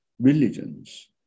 religions